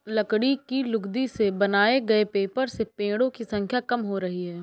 लकड़ी की लुगदी से बनाए गए पेपर से पेङो की संख्या कम हो रही है